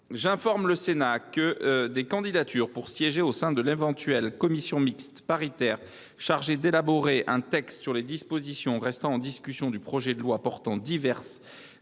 J’informe le Sénat que des candidatures pour siéger au sein de l’éventuelle commission mixte paritaire chargée d’élaborer un texte sur les dispositions restant en discussion du projet de loi portant diverses